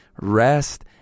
rest